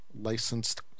licensed